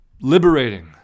liberating